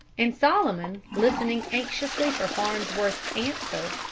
and solomon, listening anxiously for farnsworth's answer,